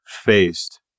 faced